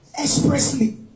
expressly